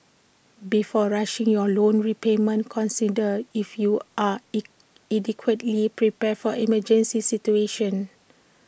before rushing your loan repayment consider if you are E adequately prepared for emergency situations